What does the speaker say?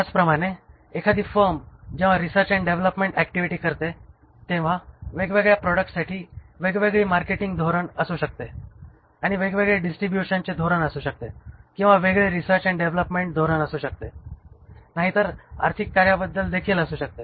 त्याचप्रमाणे एखादी फर्म जेव्हा रिसर्च अँड डेव्हलपमेण्ट ऍक्टिव्हिटी करते तेव्हा वेगवेगळ्या प्रॉडक्ट्स साठी वेगवेगळी मार्केटिंग धोरण असू शकते किंवा वेगवेगळे डिस्ट्रिब्युशनचे धोरण असू शकते किंवा वेगळे रिसर्च अँड डेव्हलपमेण्ट धोरण असू शकते नाहीतर आर्थिक कार्यांबद्दल देखील असू शकते